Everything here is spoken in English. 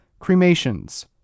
cremations